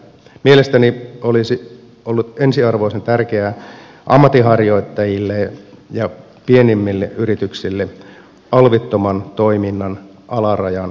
mielestäni olisi ollut ensiarvoisen tärkeää ammatinharjoittajille ja pienimmille yrityksille alvittoman toiminnan alarajan nosto